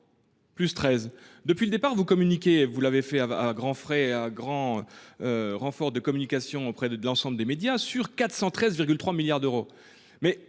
depuis le départ, vous communiquez, vous l'avez fait à à grands frais à grand. Renfort de communication auprès de de l'ensemble des médias sur 413,3 milliards d'euros.